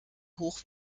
hoch